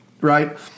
Right